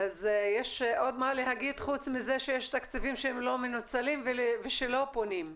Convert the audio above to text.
יש עוד מה להגיד חוץ מזה שיש תקציבים שהם לא מנוצלים ושלא פונים?